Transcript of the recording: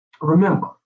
remember